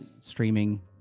streaming